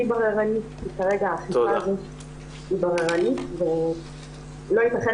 בררנית כי כרגע האכיפה הזו היא בררנית ולא ייתכן